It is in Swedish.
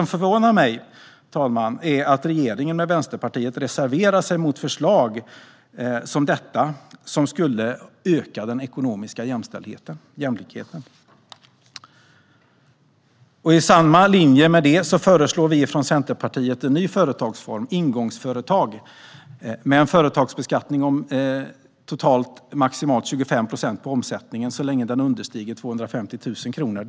Det förvånar mig att regeringen, tillsammans med Vänsterpartiet, reserverar sig mot förslag som detta som skulle öka den ekonomiska jämlikheten. I linje med det förslaget föreslår Centerpartiet en ny företagsform - ingångsföretag - med en företagsbeskattning om totalt maximalt 25 procent på omsättningen, så länge den understiger 250 000 kronor.